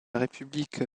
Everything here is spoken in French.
république